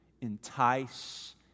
entice